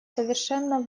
совершенно